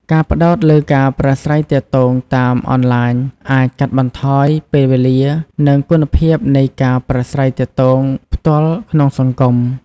ការផ្តោតលើការប្រាស្រ័យទាក់ទងតាមអនឡាញអាចកាត់បន្ថយពេលវេលា និងគុណភាពនៃការប្រាស្រ័យទាក់ទងផ្ទាល់ក្នុងសង្គម។